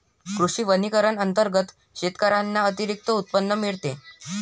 कृषी वनीकरण अंतर्गत शेतकऱ्यांना अतिरिक्त उत्पन्न मिळते